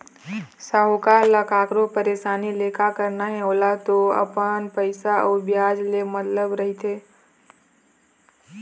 साहूकार ल कखरो परसानी ले का करना हे ओला तो अपन पइसा अउ बियाज ले मतलब रहिथे